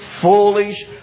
foolish